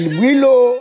willow